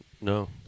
No